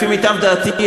לפי מיטב ידיעתי,